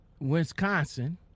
Wisconsin